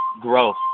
growth